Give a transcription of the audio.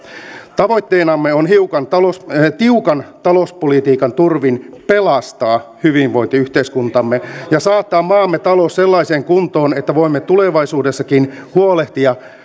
tavoitteenamme on tiukan talouspolitiikan turvin pelastaa hyvinvointiyhteiskuntamme ja saattaa maamme talous sellaiseen kuntoon että voimme tulevaisuudessakin huolehtia